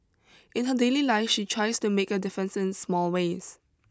in her daily life she tries to make a difference in small ways